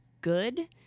good